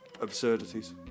absurdities